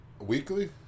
weekly